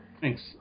Thanks